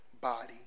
body